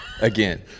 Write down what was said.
Again